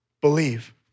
believe